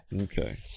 Okay